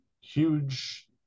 huge